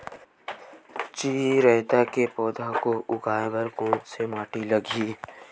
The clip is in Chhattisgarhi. चिरैता के पौधा को उगाए बर कोन से माटी लगही?